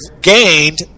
gained